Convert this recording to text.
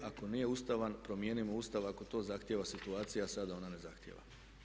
Ako nije ustavan promijenimo Ustav ako to zahtjeva situacija a sada ona ne zahtjeva.